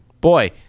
Boy